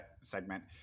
segment